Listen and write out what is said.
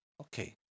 Okay